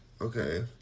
Okay